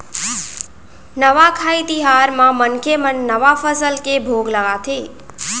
नवाखाई तिहार म मनखे मन नवा फसल के भोग लगाथे